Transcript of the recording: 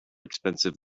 expensive